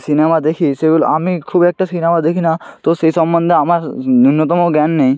cinema দেখি সেগুলো আমি খুব একটা সিনেমা দেখি না তো সেই সম্বন্ধে আমার ন্যূনতম জ্ঞান নেই